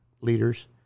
leaders